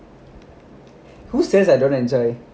who says I don't enjoy